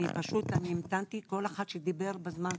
אני פשוט המתנתי לכל אחד שדיבר בזמן שלו.